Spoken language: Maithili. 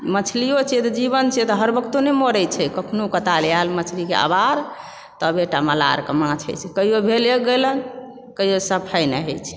मछलियों छै तऽ जीवन छै तऽ हर वक्तो नहि मरै छै कखनो कताल आयल मछलीके अवार तबे टा मल्लाह आरके माछ होइत छै कहिओ भेल एक गैलन कहिओ साफे नहि होइत छै